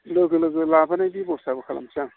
लोगो लोगो लाबोनाय बेबस्थाबो खालामसै आं